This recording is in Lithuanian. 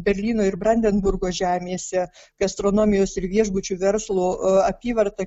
berlyno ir brandenburgo žemėse gastronomijos ir viešbučių verslo apyvarta